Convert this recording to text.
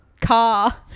car